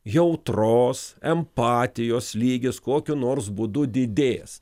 jautros empatijos lygis kokiu nors būdu didės